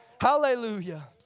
Hallelujah